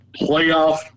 playoff